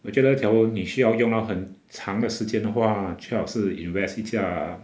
我觉得条文你需要用到很长的时间的话最好是 invest 一架